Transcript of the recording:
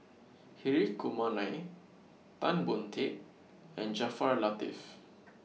Hri Kumar Nair Tan Boon Teik and Jaafar Latiff